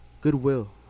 goodwill